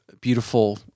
beautiful